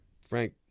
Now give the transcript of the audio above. Frank